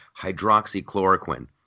hydroxychloroquine